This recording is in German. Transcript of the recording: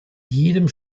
jedem